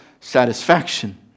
satisfaction